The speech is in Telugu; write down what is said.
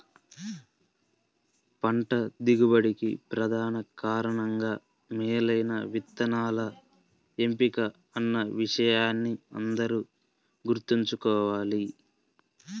పంట దిగుబడికి ప్రధాన కారణంగా మేలైన విత్తనాల ఎంపిక అన్న విషయాన్ని అందరూ గుర్తుంచుకోవాలి